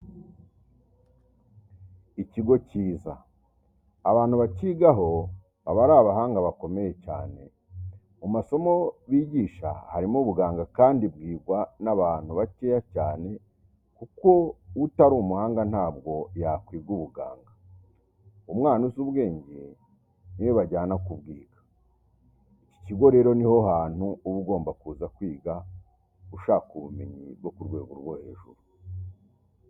Ikigo cyiza abantu bakigaho baba ari abahanga bakomeye cyane, mu masomo bigisha harimo ubuganga kandi bwigwa n'abantu bakeya cyane kuko utari umuhanga ntabwo wakwiga ubuganga, umwana uzi ubwenge ni we bajyana kubwiga. Iki kigo rero ni ho hantu uba ugomba kuza kwiga ushaka ubumenyi bwo ku rwego rwo hejuru.